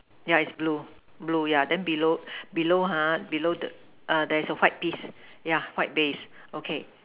yeah it's blue blue yeah then below below ha below the err there is a white piece yeah white base okay